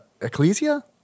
Ecclesia